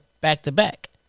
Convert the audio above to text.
back-to-back